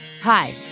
Hi